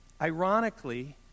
Ironically